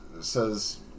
says